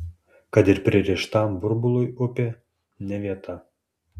kad ir pririštam burbului upė ne vieta